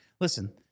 Listen